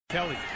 Kelly